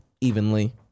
evenly